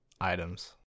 items